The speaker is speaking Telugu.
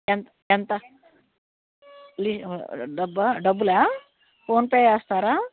ఎంత్ ఎంత డబ్బా డబ్బుల ఫోన్పే చేస్తారా